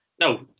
No